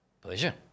Pleasure